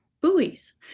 buoys